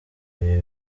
ibi